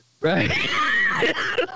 right